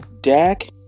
Dak